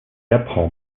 apprend